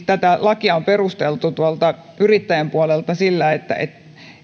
tätä lakia on perusteltu yrittäjien puolelta sillä että että